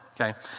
Okay